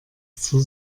zur